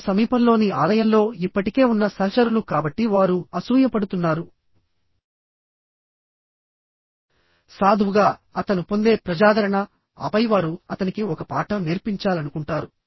ఇప్పుడు సమీపంలోని ఆలయంలో ఇప్పటికే ఉన్న సహచరులు కాబట్టి వారు అసూయపడుతున్నారు సాధువుగా అతను పొందే ప్రజాదరణఆపై వారు అతనికి ఒక పాఠం నేర్పించాలనుకుంటారు